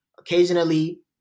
occasionally